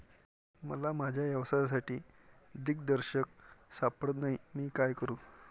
मला माझ्या व्यवसायासाठी दिग्दर्शक सापडत नाही मी काय करू?